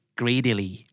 greedily